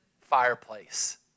fireplace